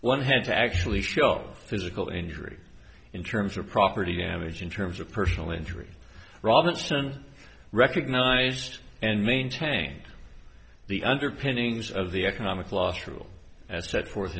one had to actually show physical injury in terms of property damage in terms of personal injury robinson recognized and maintained the underpinnings of the economic loss rule as set forth